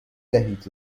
دهید